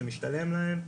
זה משתלם להם.